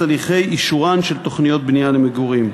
הליכי אישורן של תוכניות בנייה למגורים.